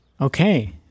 Okay